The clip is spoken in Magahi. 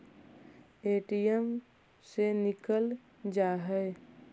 ए.टी.एम से निकल जा है?